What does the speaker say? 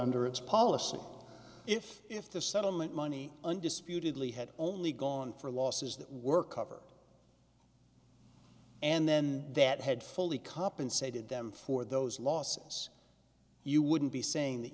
under its policy if if the settlement money undisputedly had only gone for losses that work cover and then that had fully compensated them for those losses you wouldn't be saying th